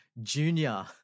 junior